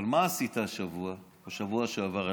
אבל מה עשית השבוע או בשבוע שעבר?